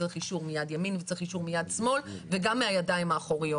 צריך אישור מיד ימין וצריך אישור מיד שמאל וגם מהידיים האחוריות.